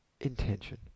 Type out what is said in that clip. intention